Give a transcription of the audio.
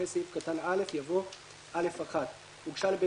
אחרי סעיף קטן (א) יבוא: "(א1) הוגשה לבית